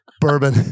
Bourbon